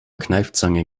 kneifzange